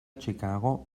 chicago